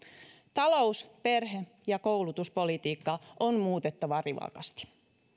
talous perhe ja koulutuspolitiikkaa on muutettava rivakasti